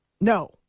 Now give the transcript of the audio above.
no